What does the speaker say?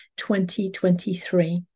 2023